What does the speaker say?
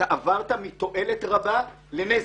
עברת מתועלת רבה לנזק.